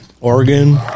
Oregon